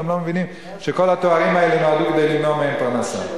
והם לא מבינים שכל התארים נועדו כדי למנוע מהם פרנסה.